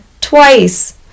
twice